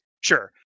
sure